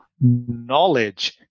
knowledge